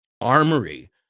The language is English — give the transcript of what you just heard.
armory